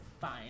fine